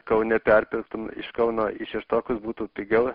kaune perpirktum iš kauno į šeštokus būtų pigiau